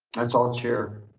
that's all chair.